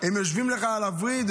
הם יושבים לך על הווריד,